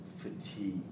Fatigue